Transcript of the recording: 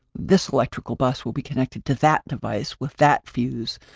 this electrical bus will be connected to that device with that fuse.